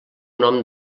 nom